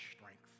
strength